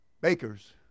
bakers